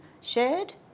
shared